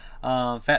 Fat